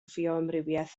fioamrywiaeth